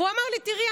והוא אמר לי: תראי,